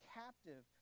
captive